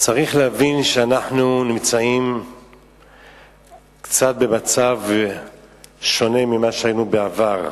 צריך להבין שאנחנו נמצאים במצב קצת שונה ממה שהיינו בעבר,